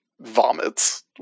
vomits